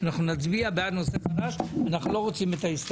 אנחנו נצביע בעד נושא חדש כי אנחנו לא רוצים את ההסתייגויות.